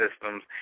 systems